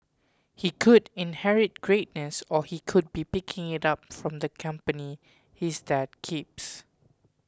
he could inherit greatness or he could be picking it up from the company his dad keeps